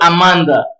Amanda